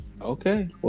Okay